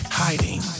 hiding